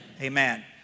amen